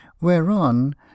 Whereon